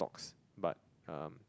stocks but um